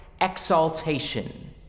exaltation